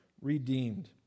redeemed